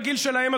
בגיל שלהם,